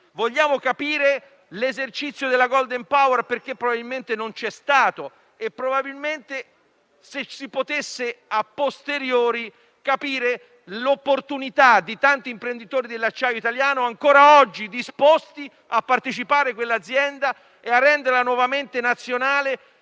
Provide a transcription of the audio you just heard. Vogliamo capire l'esercizio del *golden power,* perché probabilmente non c'è stato, e comprendere a posteriori l'opportunità di tanti imprenditori dell'acciaio italiano ancora oggi disposti a partecipare quell'azienda, rendendola nuovamente nazionale